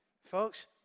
Folks